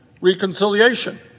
reconciliation